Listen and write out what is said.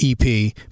EP